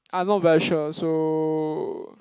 I'm not very sure so